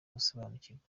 gusobanukirwa